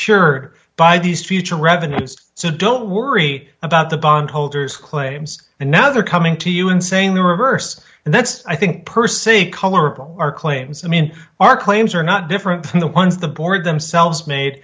secured by these future revenues so don't worry about the bondholders claims and now they're coming to you and saying the reverse and that's i think per se colorable our claims i mean our claims are not different from the ones the board themselves made